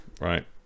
right